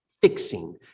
fixing